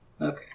Okay